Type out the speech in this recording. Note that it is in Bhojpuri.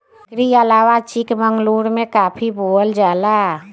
एकरी अलावा चिकमंगलूर में भी काफी के बोअल जाला